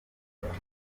duhura